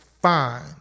Fine